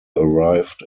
arrived